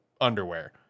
underwear